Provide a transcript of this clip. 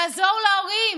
לעזור להורים,